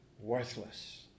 worthless